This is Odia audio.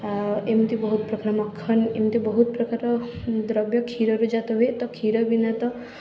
ଆଉ ଏମତି ବହୁତପ୍ରକାର ମଖନ ଏମିତି ବହୁତ ପ୍ରକାର ଦ୍ରବ୍ୟ କ୍ଷୀରରୁ ଜାତ ହୁଏ ତ କ୍ଷୀର ବିନା ତ